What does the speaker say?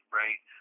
right